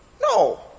No